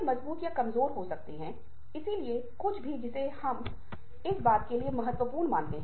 बहुत बार किसी को सुनना दूसरे व्यक्ति को यह बताने का तरीका है कि आप परवाह करते हैं